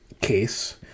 case